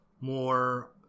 more